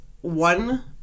one